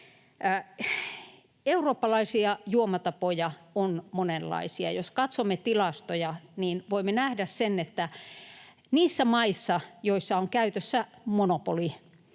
Eurooppalaisia juomatapoja on monenlaisia. Jos katsomme tilastoja, niin voimme nähdä sen, että niissä maissa, joissa on käytössä monopoli,